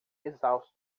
exaustos